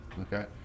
okay